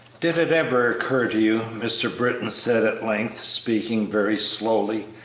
did it ever occur to you, mr. britton said at length, speaking very slowly,